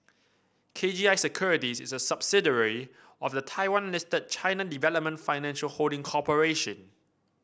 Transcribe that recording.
K G I Securities is a subsidiary of the Taiwan Listed China Development Financial Holding Corporation